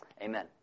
Amen